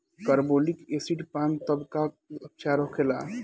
Carbolic acid पान तब का उपचार होखेला?